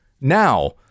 now